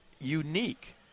unique